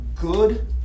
good